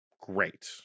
great